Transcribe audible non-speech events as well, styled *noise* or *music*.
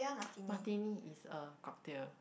*noise* Martini is a cocktail